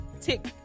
tick